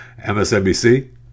MSNBC